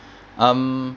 um